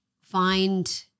find